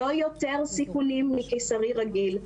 לא יותר מסיכונים של ניתוח קיסרי רגיל.